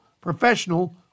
professional